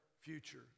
future